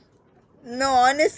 no honestly